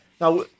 Now